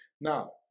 Now